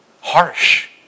harsh